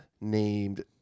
named